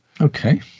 Okay